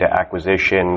acquisition